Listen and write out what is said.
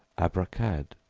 abracad,